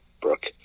Brooke